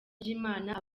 ry’imana